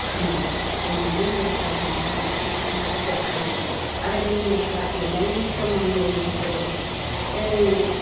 होयो दिनै बे मस्लाजोंनो ओंख्रिफ्रा गोथाव जायो आरो बे मस्ला देनायनि सोमोन्दैयै होदों दिनै